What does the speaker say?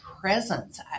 presence